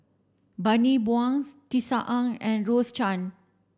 Bani Buang Tisa Ng and Rose Chan